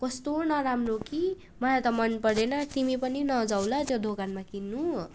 कोस्तो नराम्रो कि मलाई त मन परेन तिमी पनि नजाऊ ल त्यो दोकानमा किन्नु